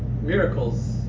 miracles